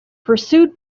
pursued